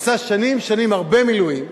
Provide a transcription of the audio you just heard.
שעשה שנים שנים הרבה מילואים,